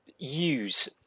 use